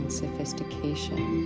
sophistication